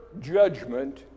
judgment